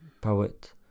poet